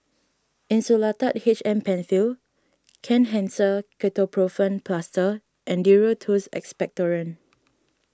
Insulatard H M Penfill Kenhancer Ketoprofen Plaster and Duro Tuss Expectorant